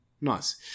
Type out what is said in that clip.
Nice